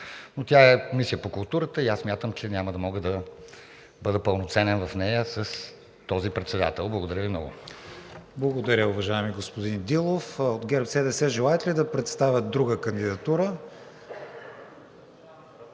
но тя е Комисия по културата и аз смятам, че няма да мога да бъда пълноценен в нея с този председател. Благодаря Ви много. ПРЕДСЕДАТЕЛ КРИСТИАН ВИГЕНИН: Благодаря, уважаеми господин Дилов. От ГЕРБ-СДС желаят ли да представят друга кандидатура?